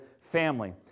family